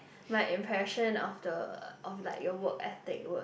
my impression of the of like your work ethic would